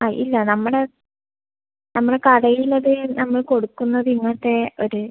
ആ ഇല്ല നമ്മുടെ നമ്മളുടെ കടയിലത് നമ്മള് കൊടുക്കുന്നത് ഇങ്ങനത്തെ ഒര്